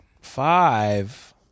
Five